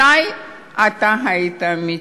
מתי היית אמיתי?